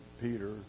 Peter